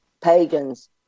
pagans